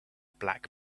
black